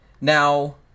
Now